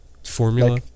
Formula